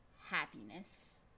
happiness